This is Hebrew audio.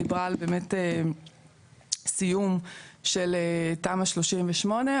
דיברה על באמת סיום של תמ"א 38,